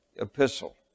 epistle